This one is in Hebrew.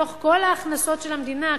בתוך כל ההכנסות של המדינה,